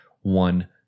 one